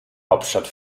hauptstadt